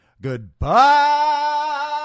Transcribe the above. Goodbye